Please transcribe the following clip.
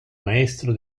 maestro